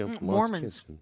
Mormons